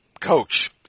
coach